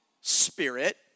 spirit